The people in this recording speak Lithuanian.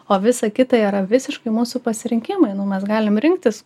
o visa kita yra visiškai mūsų pasirinkimai nu mes galim rinktis